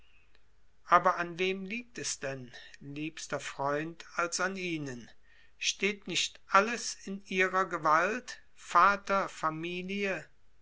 aber an wem liegt es denn liebster freund als an ihnen steht nicht alles in ihrer gewalt vater familie